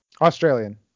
Australian